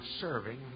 serving